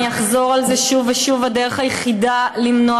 ואני אחזור על זה שוב ושוב: הדרך היחידה למנוע